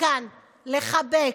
מכאן לחבק,